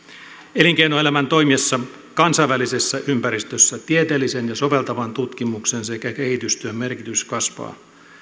elinkeinoelämän toimiessa kansainvälisessä ympäristössä tieteellisen ja soveltavan tutkimuksen sekä kehitystyön merkitys kasvaa